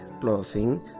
closing